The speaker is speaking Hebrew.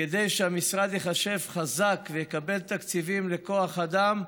וכדי שהמשרד ייחשב חזק ויקבל תקציבים לכוח אדם,